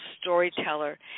storyteller